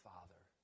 Father